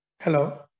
Hello